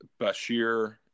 Bashir